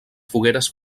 fogueres